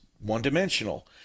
one-dimensional